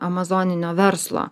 amazoninio verslo